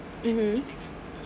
mmhmm